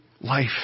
life